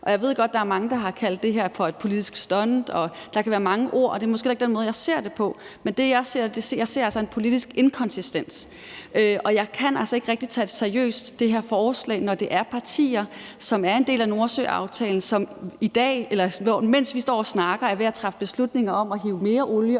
Jeg ved godt, der er mange, der har kaldt det her for et politisk stunt, og der kan være mange ord, og det er måske heller ikke den måde, jeg ser det på, men jeg ser altså en politisk inkonsistens. Jeg kan altså ikke rigtig tage det her forslag seriøst, når det er partier, som er en del af Nordsøaftalen, og som, mens vi står og snakker, er ved at træffe beslutninger om at hive mere olie